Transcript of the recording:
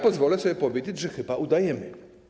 Pozwolę sobie powiedzieć, że chyba udajemy.